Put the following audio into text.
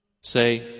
Say